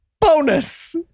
Bonus